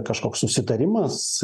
kažkoks susitarimas